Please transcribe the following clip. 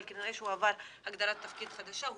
אבל כנראה שהוא עבר להגדרת תפקיד חדשה,